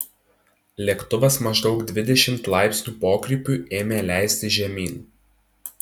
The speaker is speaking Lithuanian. lėktuvas maždaug dvidešimt laipsnių pokrypiu ėmė leistis žemyn